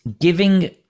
giving